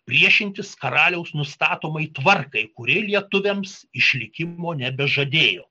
priešintis karaliaus nustatomai tvarkai kuri lietuviams išlikimo nebežadėjo